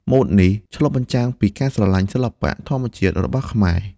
ម៉ូដនេះឆ្លុះបញ្ចាំងពីការស្រឡាញ់សិល្បៈធម្មជាតិរបស់ខ្មែរ។